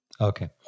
Okay